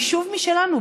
יישוב משלנו.